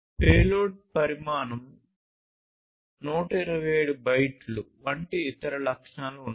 payload పరిమాణం 127 బైట్లు వంటి ఇతర లక్షణాలు ఉన్నాయి